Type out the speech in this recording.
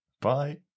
Bye